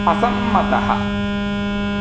असम्मतः